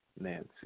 Nancy